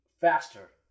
faster